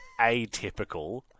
atypical